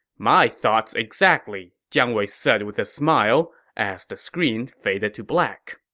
my thoughts exactly, jiang wei said with a smile as the screen faded to black